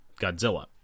Godzilla